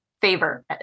favor